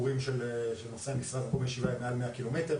אגב אני סבור שגם אם לא היה כתוב בחוק שיש צורך לפרסם את הפרוטוקולים,